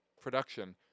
production